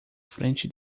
frente